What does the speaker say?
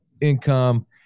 income